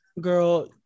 girl